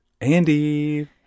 Andy